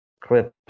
clips